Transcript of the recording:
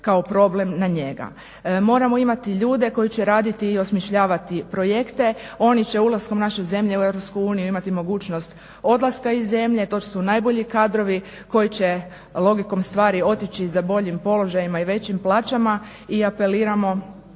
kao problem na njega. Moramo imati ljude koji će raditi i osmišljavati projekte. Oni će ulaskom naše zemlje u EU imati mogućnost odlaska iz zemlje. To su najbolji kadrovi koji će logikom stvari otići za boljim položajima i većim plaćama i apeliramo